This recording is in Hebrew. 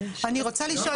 אני רוצה לשאול.